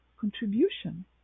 contribution